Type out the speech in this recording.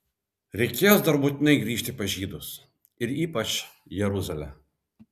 reikės dar būtinai grįžti pas žydus ir ypač jeruzalę